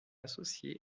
associé